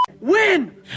Win